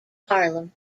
harlem